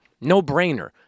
No-brainer